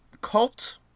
cult